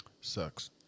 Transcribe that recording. Sucks